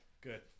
Good